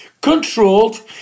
controlled